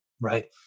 Right